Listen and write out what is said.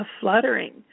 fluttering